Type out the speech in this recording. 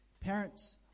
Parents